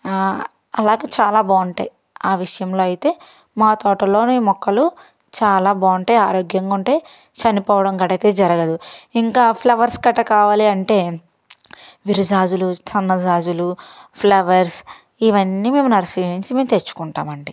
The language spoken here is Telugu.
అలాగే చాలా బాగుంటాయి ఆ విషయంలో అయితే మా తోటలోని మొక్కలు చాలా బాగుంటాయి ఆరోగ్యంగా ఉంటాయి చనిపోవడం కట అయితే జరగదు ఇంకా ఆ ఫ్లవర్స్ కట కావాలి అంటే విరజాజులు సన్నజాజులు ఫ్లవర్స్ ఇవన్నీ మేము నర్సరీ నుంచి మేము తెచ్చుకుంటామండీ